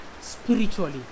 spiritually